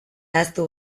ahaztu